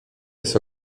jest